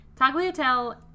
Tagliatelle